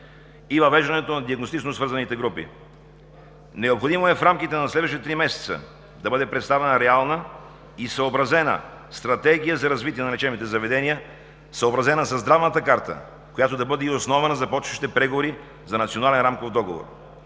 и въвеждането на диагностично-свързаните групи. Необходимо е в рамките на следващите 3 месеца да бъде представена реална и съобразена стратегия за развитие на лечебните заведения, съобразена със здравната карта, която да бъде и основа на започващите преговори за Национален рамков договор.